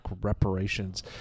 reparations